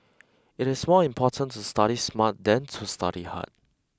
it is more important to study smart than to study hard